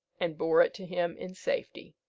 and bore it to him in safety.